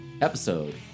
episode